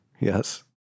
Yes